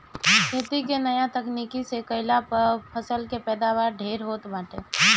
खेती के नया तकनीकी से कईला पअ फसल के पैदावार ढेर होत बाटे